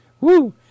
Woo